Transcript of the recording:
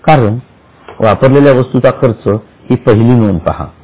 कारण वापरलेल्या वस्तूचा खर्च ही पहिली नोंद पहा